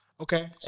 Okay